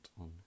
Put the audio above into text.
on